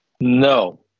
No